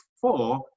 four